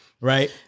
right